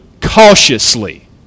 cautiously